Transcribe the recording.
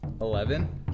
Eleven